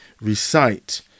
recite